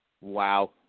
Wow